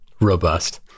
robust